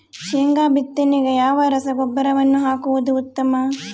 ಶೇಂಗಾ ಬಿತ್ತನೆಗೆ ಯಾವ ರಸಗೊಬ್ಬರವನ್ನು ಹಾಕುವುದು ಉತ್ತಮ?